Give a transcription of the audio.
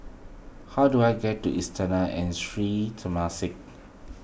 how do I get to Istana and Sri Temasek